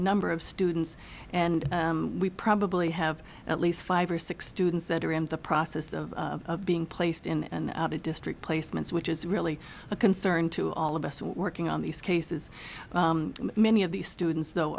number of students and we probably have at least five or six students that are in the process of being placed in and out of district placements which is really a concern to all of us working on these cases many of these students though